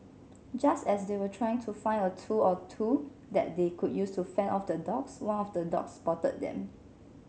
just as they were trying to find a tool or two that they could use to fend off the dogs one of the dogs spotted them